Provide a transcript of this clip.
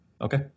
Okay